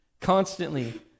constantly